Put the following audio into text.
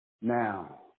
Now